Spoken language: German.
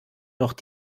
noch